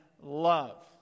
love